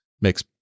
makes